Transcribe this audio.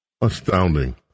Astounding